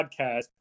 podcast